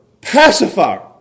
pacifier